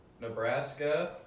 Nebraska